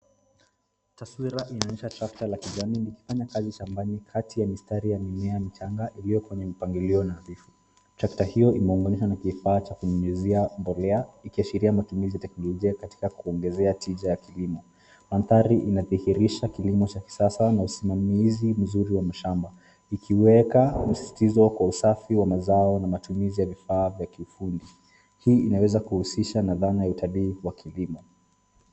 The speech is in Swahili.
Taswira inaonyesha trakta la kijani likifanya kazi shambani kati ya mistari ya mimea michanga iliyo kwenye mpangilio nadhifu. Trakta hiyo imeunganishwa na kifaa cha kunyunyizia mbolea ikiashiria matumizi ya teknolojia katika kuongezea tija ya kilimo. Mandhari inadhihirisha kilimo cha kisasa na usimamizi mzuri wa mashamba, ikiweka usisitizo kwa usafi wa mazao na matumizi ya vifaa vya kiufundi. Hii inaweza kuhusisha na dhana ya utabiri wa kilimo.